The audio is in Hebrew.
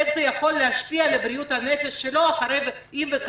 איך זה יכול להשפיע על בריאות הנפש שלו אם וכאשר?